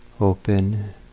open